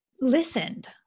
listened